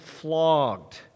flogged